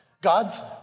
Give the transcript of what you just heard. God's